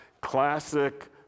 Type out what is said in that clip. classic